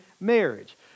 marriage